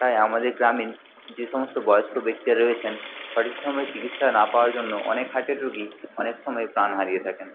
তাই আমাদের গ্রামে যে সমস্ত বয়স্ক ব্যক্তিরা রয়েছেন সঠিক সময়ে চিকিৎসা না পাওয়ার জন্য অনেক হার্টের রুগী অনেক সময়ে প্রাণ হারিয়ে থাকেন